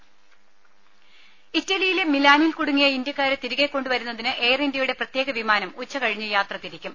ദേശ ഇറ്റലിയിലെ മിലാനിൽ കുടുങ്ങിയ ഇന്ത്യക്കാരെ തിരികെ കൊണ്ടുവരുന്നതിന് എയർഇന്ത്യയുടെ പ്രത്യേക വിമാനം ഉച്ചകഴിഞ്ഞ് യാത്ര തിരിയ്ക്കും